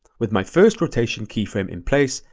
with my first rotation keyframe in place,